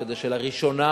כדי שלראשונה,